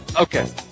Okay